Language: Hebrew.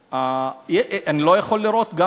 אני לא יכול לראות גם